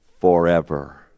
forever